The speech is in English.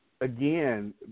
Again